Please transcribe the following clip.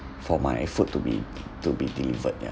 for my food to be to be delivered ya